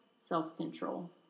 self-control